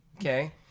Okay